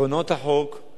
הרי שהוא לא עושה דבר.